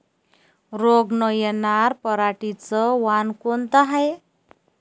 रोग न येनार पराटीचं वान कोनतं हाये?